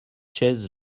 chaises